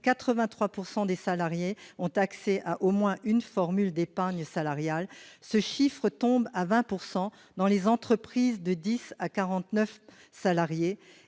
83 % des salariés ont accès à au moins une formule d'épargne salariale, le chiffre tombe à 20 % dans les entreprises de 10 salariés